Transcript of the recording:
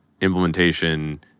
implementation